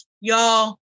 y'all